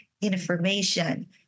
information